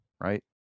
right